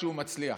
כשהוא מצליח.